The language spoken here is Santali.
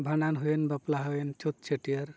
ᱵᱷᱟᱸᱰᱟᱱ ᱦᱩᱭᱮᱱ ᱵᱟᱯᱞᱟ ᱦᱩᱭᱮᱱ ᱪᱷᱩᱛ ᱪᱷᱟᱹᱴᱤᱭᱟᱹᱨ